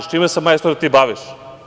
Čime se, bre, ti baviš?